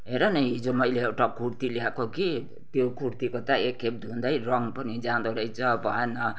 हेर न हिजो मैले एउटा कुर्ती ल्याएको कि त्यो कुर्तीको त एकखेप धुदै रङ पनि जाँदो रहेछ भएन